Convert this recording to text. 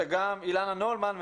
וגם אילנה נולמן,